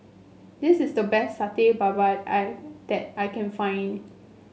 this is the best Satay Babat I that I can find